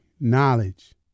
knowledge